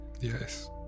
Yes